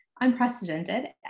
unprecedented